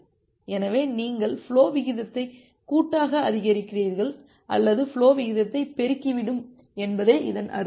எனவே நீங்கள் ஃபுலோ விகிதத்தை கூட்டாக அதிகரிக்கிறீர்கள் ஆனால் ஃபுலோ விகிதத்தை பெருக்கி விடும் என்பதே இதன் அர்த்தம்